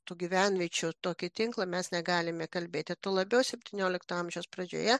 tų gyvenviečių tokį tinklą mes negalime kalbėti tuo labiau septyniolikto amžiaus pradžioje